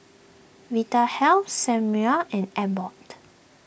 Vitahealth and Abbott